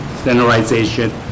standardization